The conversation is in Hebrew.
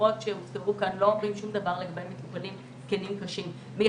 הדוחות שהוצגו כאן לא אומרים שום דבר לגבי מטופלים קשים זקנים.